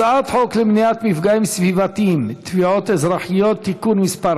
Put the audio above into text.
הצעת חוק למניעת מפגעים סביבתיים (תביעות אזרחיות) (תיקון מס'